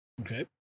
Okay